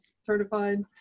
certified